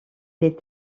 les